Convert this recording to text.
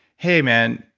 hey man,